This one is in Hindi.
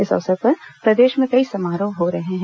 इस अवसर पर प्रदेश में कई समारोह हो रहे हैं